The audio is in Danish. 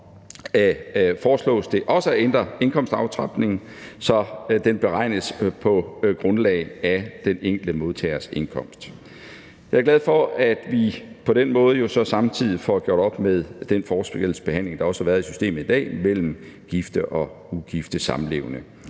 foreslås det også at ændre indkomstaftrapningen, så den beregnes på grundlag af den enkelte modtagers indkomst. Jeg er glad for, at vi på den måde så samtidig får gjort op med den forskelsbehandling, der også har været i systemet i dag, mellem gifte og ugifte samlevende.